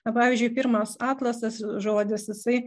na pavyzdžiui pirmas atlasas žodis jisai